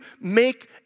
make